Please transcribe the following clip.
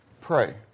pray